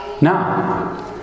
Now